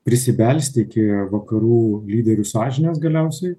prisibelsti iki vakarų lyderių sąžinės galiausiai